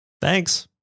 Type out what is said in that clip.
Thanks